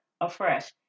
afresh